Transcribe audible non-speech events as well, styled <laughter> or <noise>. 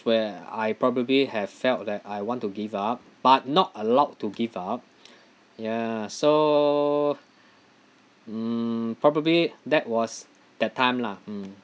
where I probably have felt that I want to give up but not allowed to give up <noise> ya so um probably that was that time lah mm